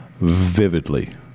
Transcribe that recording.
vividly